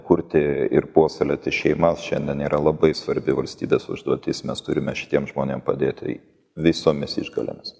kurti ir puoselėti šeimas šiandien yra labai svarbi valstybės užduotis mes turime šitiems žmonėm padėti visomis išgalėmis